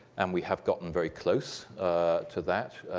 and we have gotten very close to that,